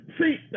See